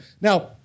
Now